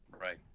Right